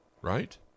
right